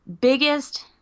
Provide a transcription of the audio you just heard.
Biggest